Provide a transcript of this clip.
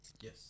Yes